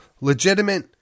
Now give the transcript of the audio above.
legitimate